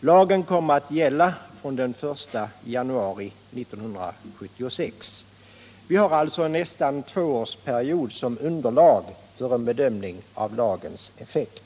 Lagen kom att gälla från den 1 januari 1976. Vi har alltså erfarenheter från nästan en tvåårsperiod som underlag för en bedömning av lagens effekt.